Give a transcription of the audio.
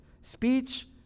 Speech